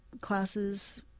classes